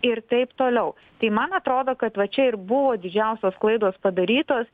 ir taip toliau tai man atrodo kad va čia ir buvo didžiausios klaidos padarytos